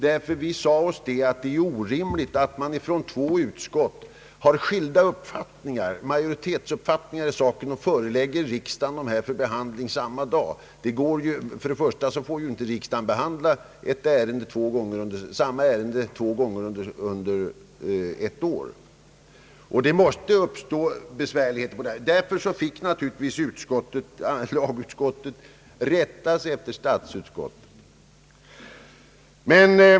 I andra lagutskottet sade vi oss att det är orimligt att två utskott har skilda majoritetsuppfattningar i en fråga och förelägger riksdagen sina utlåtanden för behandling samma dag. Å andra sidan får riksdagen inte behandla samma ärende två gånger under ett år. Därför fick lagutskottet naturligtvis rätta sig efter statsutskottet.